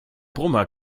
brummer